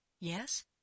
Yes